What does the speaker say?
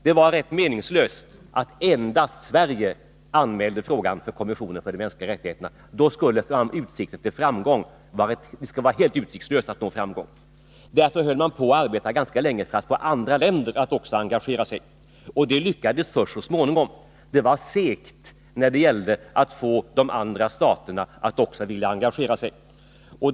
Det var ganska meningslöst att endast Sverige anmälde frågan för kommissionen för de mänskliga rättigheterna. Det skulle ha varit helt utsiktslöst när det gäller att nå framgång. Därför höll man på att arbeta ganska länge för att få andra länder att också engagera sig. Det lyckades så småningom. Det var segt när det gällde att få de andra staterna att engagera sig.